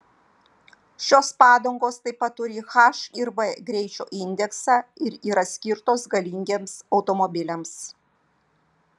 šios padangos taip pat turi h ir v greičio indeksą ir yra skirtos galingiems automobiliams